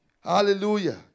Hallelujah